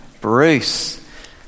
Bruce